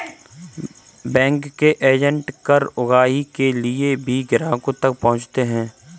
bank के agent कर उगाही के लिए भी ग्राहकों तक पहुंचते हैं